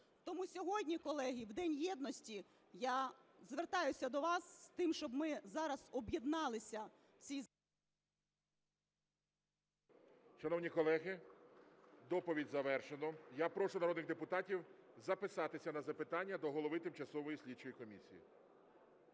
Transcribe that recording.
Тому сьогодні, колеги, в День єдності, я звертаюся до вас з тим, щоб ми зараз об'єдналися... ГОЛОВУЮЧИЙ. Шановні колеги, доповідь завершено. Я прошу народних депутатів записатися на запитання до голови тимчасової слідчої комісії.